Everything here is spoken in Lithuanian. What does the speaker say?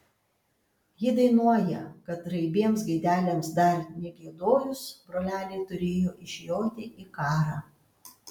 ji dainuoja kad raibiems gaideliams dar negiedojus broleliai turėjo išjoti į karą